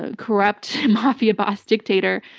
ah corrupt mafia boss dictator,